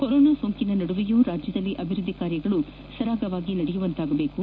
corona ಸೋಂಕಿನ ನಡುವೆಯೂ ರಾಜ್ಯದಲ್ಲಿ ಅಭಿವೃದ್ದಿ ಕಾರ್ಯಗಳು ಸರಾಗವಾಗಿ ನಡೆಯುವಂತಾಗಬೇಕು